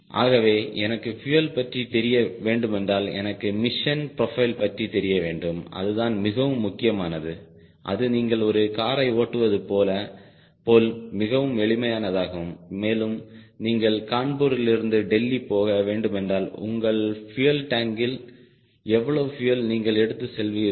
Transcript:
ஆகவே எனக்கு பியூயல் பற்றி தெரிய வேண்டுமென்றால்எனக்கு மிஷன் ப்ரொபைல் பற்றி தெரிய வேண்டும் அதுதான் மிகவும் முக்கியமானதுஅது நீங்கள் ஒரு காரை ஓட்டுவது போல் மிகவும் எளிமையானதாகும் மேலும் நீங்கள் கான்பூரில் இருந்து டெல்லி போக வேண்டுமென்றால் உங்கள் பியூயல் டாங்க்கில் எவ்வளவு பியூயல் நீங்கள் எடுத்து செல்வீர்கள்